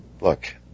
Look